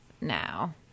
now